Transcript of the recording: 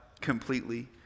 completely